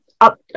up